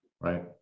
Right